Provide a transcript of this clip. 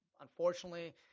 Unfortunately